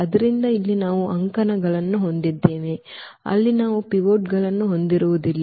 ಆದ್ದರಿಂದ ಇಲ್ಲಿ ನಾವು ಅಂಕಣಗಳನ್ನು ಹೊಂದಿದ್ದೇವೆ ಅಲ್ಲಿ ನಾವು ಪಿವೋಟ್ಗಳನ್ನು ಹೊಂದಿರುವುದಿಲ್ಲ